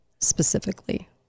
specifically